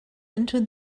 into